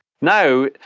now